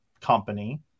Company